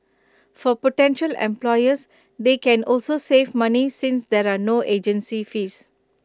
for potential employers they can also save money since there are no agency fees